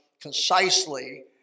concisely